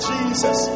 Jesus